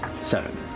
seven